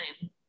time